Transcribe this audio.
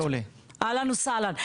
אהלן וסהלן,